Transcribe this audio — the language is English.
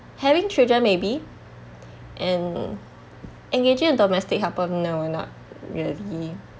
having children maybe and engaging a domestic helper no not really